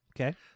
okay